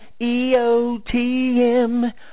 EOTM